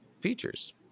features